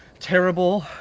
terrible.